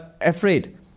afraid